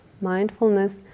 mindfulness